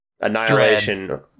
Annihilation